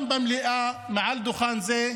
גם במליאה, מעל דוכן זה,